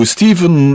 Stephen